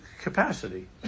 capacity